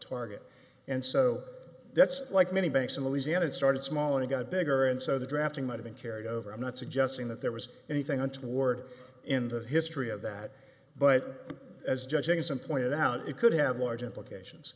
target and so that's like many banks in louisiana started small and got bigger and so the drafting might have been carried over i'm not suggesting that there was anything untoward in the history of that but as judging some pointed out it could have large implications